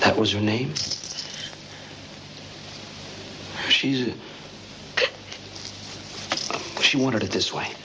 that was your name so she's a she wanted it this way